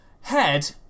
head